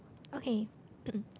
okay